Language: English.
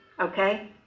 okay